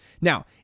now